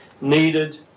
needed